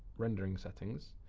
rendering settings.